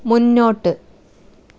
മുന്നോട്ട്